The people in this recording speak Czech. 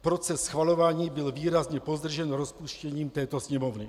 Proces schvalování byl výrazně pozdržen rozpuštěním této Sněmovny.